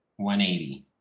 180